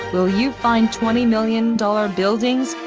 will you find twenty million dollar buildings,